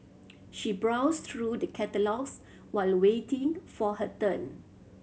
she browsed through the catalogues while waiting for her turn